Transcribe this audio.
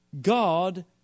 God